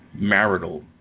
marital